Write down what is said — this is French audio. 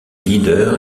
leader